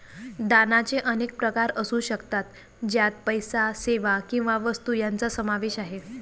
दानाचे अनेक प्रकार असू शकतात, ज्यात पैसा, सेवा किंवा वस्तू यांचा समावेश आहे